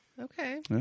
Okay